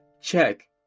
check